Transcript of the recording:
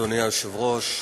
אדוני היושב-ראש,